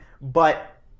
but-